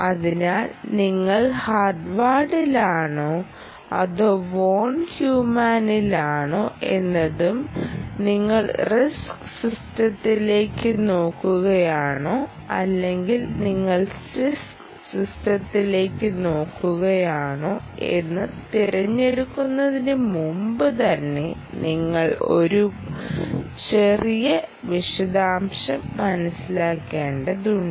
അതിനാൽ നിങ്ങൾ ഹാർവാഡിലാണോ അതോ വോൺ ന്യൂമാനിലാണോ എന്നതും നിങ്ങൾ RISC സിസ്റ്റങ്ങളിലേക്ക് നോക്കുകയാണോ അല്ലെങ്കിൽ നിങ്ങൾ CISC സിസ്റ്റങ്ങളിലേക്ക് നോക്കുകയാണോ എന്ന് തിരഞ്ഞെടുക്കുന്നതിന് മുമ്പുതന്നെ നിങ്ങൾ ഒരു ചെറിയ വിശദാംശം മനസ്സിലാക്കേണ്ടതുണ്ട്